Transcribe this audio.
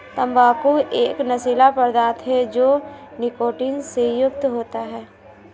तंबाकू एक नशीला पदार्थ है जो निकोटीन से युक्त होता है